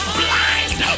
blind